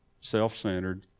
self-centered